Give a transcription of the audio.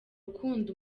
ukunda